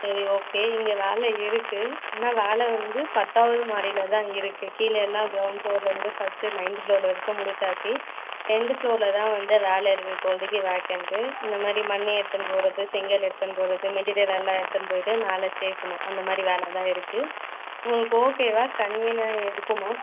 சரி ஓகே இங்கே வேலை இருக்குது ஆனால் வேலை வந்து பத்தாவது மாடியில் தான் இருக்குது கீழே எல்லாம் க்ரௌண்ட் ஃப்ளோரில் இருந்து ஃபஸ்ட்டு நயன்த்து ஃப்ளோரில் வரைக்கும் முடிச்சாச்சு டென்த்து ஃப்ளோரில் தான் வந்து வேலை இருக்குது இப்போதைக்கி வேக்கென்டு இந்த மாதிரி மண் எடுத்திகின்னு போகிறது செங்கல் எடுத்திகின்னு போகிறது மெட்டிரியல் எல்லாம் எடுத்திகின்னு போய்ட்டு மேலே சேர்க்குணும் அந்த மாதிரி வேலை தான் இருக்குது உங்களுக்கு ஓகேவா கன்வீனாக இருக்குமா